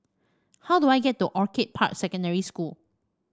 how do I get to Orchid Park Secondary School